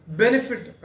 benefit